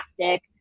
plastic